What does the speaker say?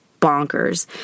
bonkers